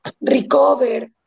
recover